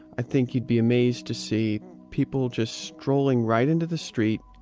i think you'd be amazed to see people just strolling right into the street,